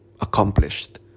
accomplished